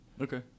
Okay